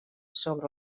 sobre